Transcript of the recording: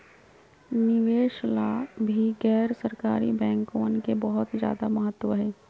निवेश ला भी गैर सरकारी बैंकवन के बहुत ज्यादा महत्व हई